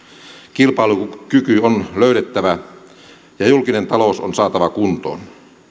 kilpailukyky on löydettävä ja julkinen talous on saatava kuntoon